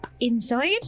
inside